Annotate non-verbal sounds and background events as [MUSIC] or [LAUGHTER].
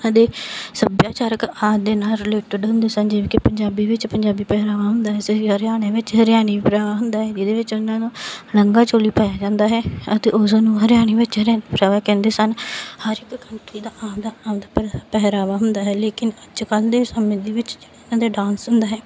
ਉਹਨਾਂ ਦੇ ਸੱਭਿਆਚਾਰਕ ਆਦਿ ਦੇ ਨਾਲ ਰਿਲੇਟਡ ਹੁੰਦੇ ਸਨ ਜਿਵੇਂ ਕਿ ਪੰਜਾਬੀ ਵਿੱਚ ਪੰਜਾਬੀ ਪਹਿਰਾਵਾਂ ਹੁੰਦਾ ਇਸੇ ਲਈ ਹਰਿਆਣੇ ਵਿੱਚ ਹਰਿਆਣਵੀ ਪਹਿਰਾਵਾ ਹੁੰਦਾ ਹੈ ਜਿਹਦੇ ਵਿੱਚ ਉਹਨਾਂ ਨੂੰ ਲਹਿੰਗਾ ਚੋਲੀ ਪਾਇਆ ਜਾਂਦਾ ਹੈ ਅਤੇ ਉਸ ਨੂੰ ਹਰਿਆਣੇ ਵਿੱਚ ਹਰਿਆਣਵੀ [UNINTELLIGIBLE] ਕਹਿੰਦੇ ਸਨ ਹਰ ਇੱਕ ਕੰਟਰੀ ਦਾ ਆਪਦਾ ਆਪਦਾ ਪਹ ਪਹਿਰਾਵਾ ਹੁੰਦਾ ਹੈ ਲੇਕਿਨ ਅੱਜ ਕੱਲ੍ਹ ਦੇ ਸਮੇਂ ਦੇ ਵਿੱਚ ਜਿਹੜੇ ਇਹਨਾਂ ਦਾ ਡਾਂਸ ਹੁੰਦਾ ਹੈ